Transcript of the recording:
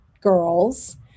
girls